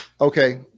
Okay